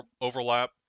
overlap